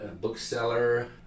bookseller